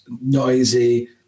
noisy